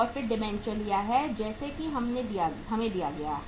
फिर हमने डिबेंचर लिया है जैसा कि हमें दिया गया है